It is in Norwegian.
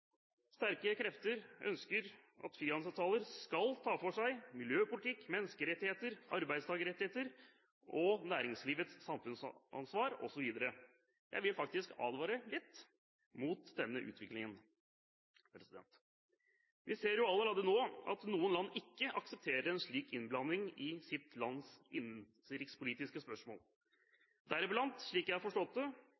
Sterke krefter ønsker at frihandelsavtaler skal ta for seg miljøpolitikk, menneskerettigheter, arbeidstakerrettigheter og næringslivets samfunnsansvar osv. Jeg vil faktisk advare litt mot denne utviklingen. Vi ser jo allerede nå at noen land ikke aksepterer en slik innblanding i sitt lands innenrikspolitiske spørsmål.